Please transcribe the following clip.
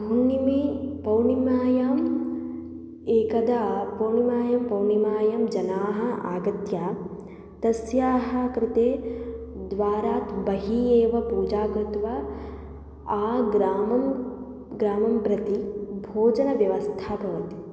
हुण्णिमे पौर्णिमायाम् एकदा पौर्णिमायां पौर्णिमायां जनाः आगत्य तस्याः कृते द्वारात् बहिः एव पूजां कृत्वा आग्रामं ग्रामं प्रति भोजनव्यवस्था भवति